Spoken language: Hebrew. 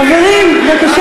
חברים, בבקשה.